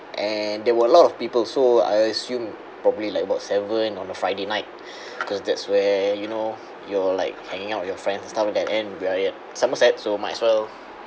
and there were a lot of people so I assume probably like about seven on a friday night because that's where you know you're like hanging out with your friends stuff like that and we are at somerset so might as well